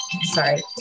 sorry